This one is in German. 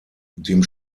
dem